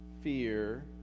fear